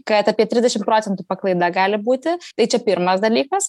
kad apie trisdešim procentų paklaida gali būti tai čia pirmas dalykas